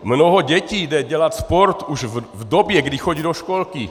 Mnoho dětí jde dělat sport už v době, kdy chodí do školky.